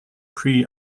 pre